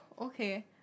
okay